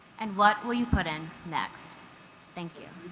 and what will you put in next thank you